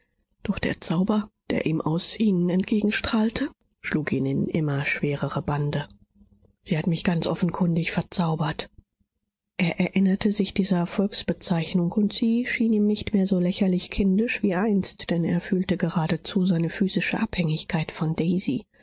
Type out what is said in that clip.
doch der zauber der ihm aus ihnen entgegenstrahlte schlug ihn in immer schwerere bande sie hat mich ganz offenkundig verzaubert er erinnerte sich dieser volksbezeichnung und sie schien ihm nicht mehr so lächerlich kindisch wie einst denn er fühlte geradezu seine physische abhängigkeit von daisy